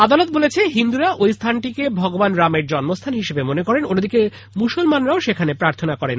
আদালত বলেছে যে হিন্দুরা ঐ স্থানটিকে ভগবান রামের জন্মস্থান হিসাবে মনে করেন অন্যদিকে মুসলমানরাও সেখানে প্রার্থনা করেন